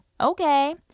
okay